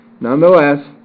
Nonetheless